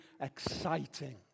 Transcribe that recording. exciting